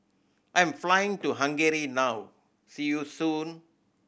I am flying to Hungary now see you soon